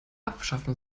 abschaffen